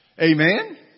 Amen